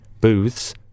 Booths